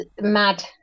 mad